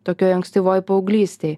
tokioj ankstyvoj paauglystėj